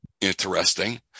interesting